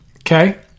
Okay